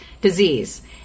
disease